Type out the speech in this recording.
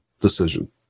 decision